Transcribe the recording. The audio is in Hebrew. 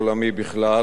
העולמי בכלל